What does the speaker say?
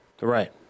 Right